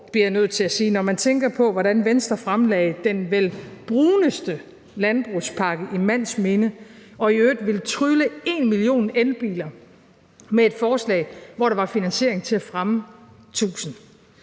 når man tænker på, hvordan Venstre fremlagde den vel bruneste landbrugspakke i mands minde – og i øvrigt ville trylle en million elbiler frem med et forslag, hvor der var finansiering til at fremme tusind.